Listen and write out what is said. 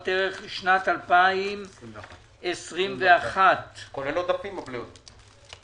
ערך לשנת 2021. כולל עודפים או בלי עודפים?